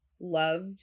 loved